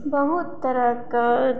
बहुत तरहक